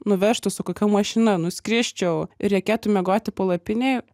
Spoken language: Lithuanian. nuvežtų su kokia mašina nuskrisčiau ir reikėtų miegoti palapinėj